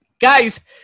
guys